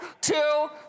two